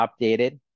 updated